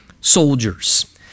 soldiers